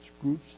groups